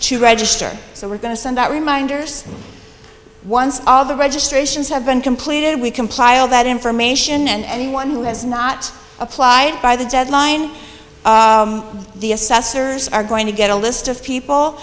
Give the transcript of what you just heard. to register so we're going to send out reminders once all the registrations have been completed we comply all that information and anyone who has not applied by the deadline the assessors are going to get a list of people